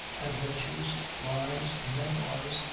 adventures, lives, memoirs,